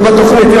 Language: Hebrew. זה בתוכנית.